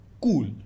cool